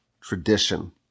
tradition